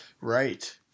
Right